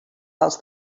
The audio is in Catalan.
dels